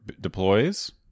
deploys